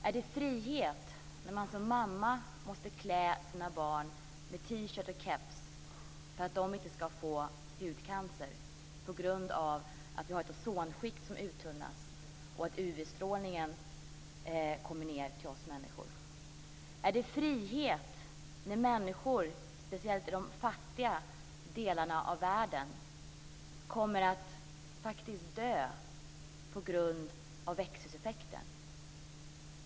Är det frihet när man som mamma måste klä sina barn i t-shirt och keps för att de inte ska få hudcancer på grund av att vi har ett ozonskikt som uttunnas och att UV-strålningen når ned till oss människor? Är det frihet när människor, speciellt i de fattiga delarna av världen, kommer att faktiskt dö på grund av växthuseffekten?